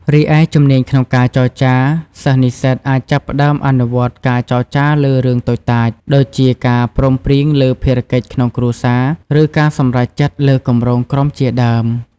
រីឯ ជំនាញក្នុងការចរចា សិស្សនិស្សិតអាចចាប់ផ្តើមអនុវត្តការចរចាលើរឿងតូចតាច ដូចជាការព្រមព្រៀងលើភារកិច្ចក្នុងគ្រួសារ ឬការសម្រេចចិត្តលើគម្រោងក្រុមជាដើម។